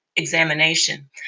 examination